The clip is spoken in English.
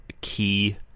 key